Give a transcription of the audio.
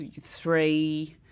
three